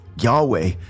Yahweh